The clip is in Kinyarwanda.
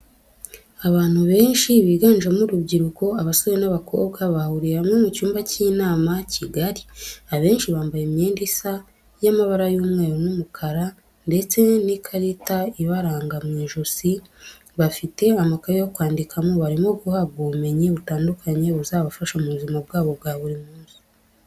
Abantu benshi biganjemo urubyiruko, abasore n'abakobwa bahuriye hamwe mu cyumba cy'inama kigari, abenshi bambaye imyenda isa y'amabara y'umweru n'umukara ndetse n'ikarita ibaranga mu ijosi bafite amakaye yo kwandikamo, barimo guhabwa ubumenyi butandukanye buzabafasha mu buzima bwabo bwa buri munsi.